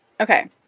Okay